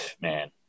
man